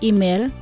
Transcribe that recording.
Email